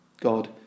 God